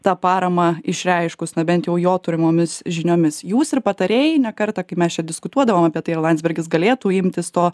tą paramą išreiškus na bent jau jo turimomis žiniomis jūs ir patarėjai ne kartą kai mes čia diskutuodavom apie tai ar landsbergis galėtų imtis to